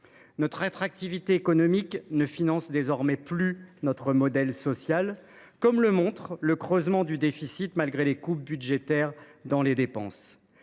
Notre attractivité économique ne finance désormais plus notre modèle social, comme le montre le creusement du déficit public, malgré les coupes budgétaires réalisées dans les dépenses.